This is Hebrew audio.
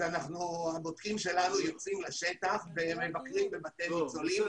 הבודקים שלנו יוצאים לשטח ומבקרים בבתי הניצולים.